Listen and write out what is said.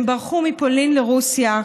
הם ברחו מפולין לרוסיה,